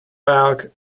balked